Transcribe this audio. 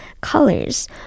colors